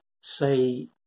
say